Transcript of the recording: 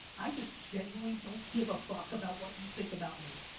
i just genuinely don't give a fuck about what you think about me,